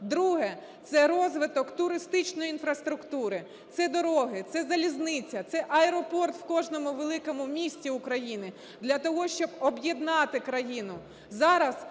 Друге – це розвиток туристичної інфраструктури: це дороги, це залізниця, це аеропорт в кожному великому місті України для того, щоб об'єднати країну.